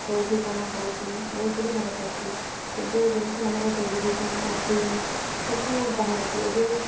କେଉଁଠି କ'ଣ ହେଉଛି ଏସବୁ ଜାଣିପାରୁଥିଲୁ ଏବେ ଯେମିତି ଆମର ଟେଲିଭିଜନ୍ ଆଉ ପ୍ରିଣ୍ଟ ସବୁ ବାହାରିଛି ଏବେ